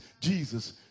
Jesus